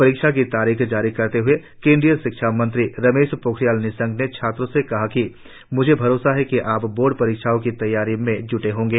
परीक्षा की तारीख जारी करते हुए केंद्रीय शिक्षा मंत्री रमेश पोखरियाल निशंक ने छात्रो से कहा कि मुझे भरोसा है कि आप बोर्ड परीक्षाओं की तैयारी में जुटे होंगे